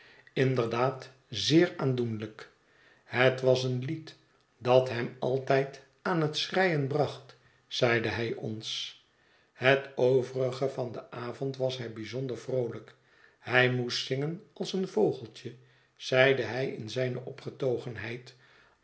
inderdaad zeer aandoenlijk het was een lied dat hem altijd aan het schreien bracht zeide hij ons het overige van den avond was hij bijzonder vroolijk hij moest zingen als een vogeltje zeide hij in zijne